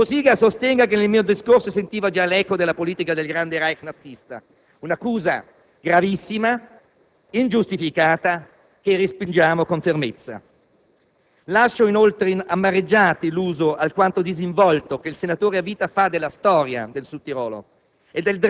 Lo stesso Cossiga, a seguito della mia risposta, nella quale ribadivo la democraticità del popolo sudtirolese, che ha sempre ripudiato le dittature fascista e nazista, che hanno provocato il dramma delle opzioni, ha poi contrattaccato rimarcando,